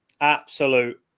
Absolute